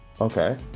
Okay